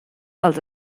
als